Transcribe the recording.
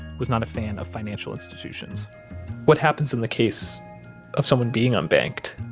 was not a fan of financial institutions what happens in the case of someone being unbanked?